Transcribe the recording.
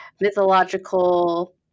mythological